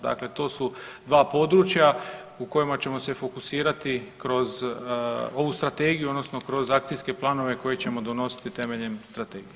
Dakle to su 2 područja u kojima ćemo se fokusirati kroz ovu Strategiju, odnosno kroz akcijske planove koje ćemo donositi temeljem Strategije.